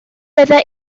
bydda